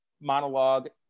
monologue